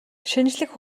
шинжлэх